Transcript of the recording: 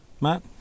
Matt